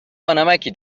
بانمکی